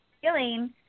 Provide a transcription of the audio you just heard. feeling